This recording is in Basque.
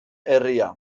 herria